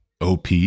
OP